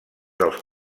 dels